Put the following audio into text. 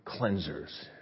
cleansers